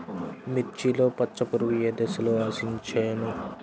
మిర్చిలో పచ్చ పురుగు ఏ దశలో ఆశించును?